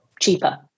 cheaper